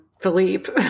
Philippe